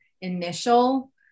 initial